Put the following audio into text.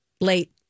late